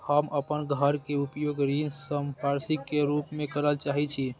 हम अपन घर के उपयोग ऋण संपार्श्विक के रूप में करल चाहि छी